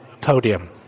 podium